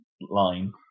line